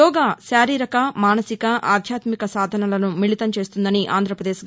యోగా శారీరక మానసిక ఆధ్యాత్మిక సాధనలను మిళతం చేస్తుందని ఆంధ్రావదేశ్ ని